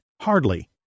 Hardly